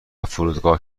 فرودگاه